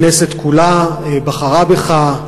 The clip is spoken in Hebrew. הכנסת כולה בחרה בך,